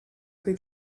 who